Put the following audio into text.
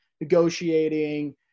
negotiating